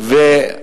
ואני